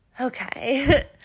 Okay